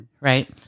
Right